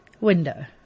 Window